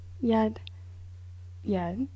Yet-yet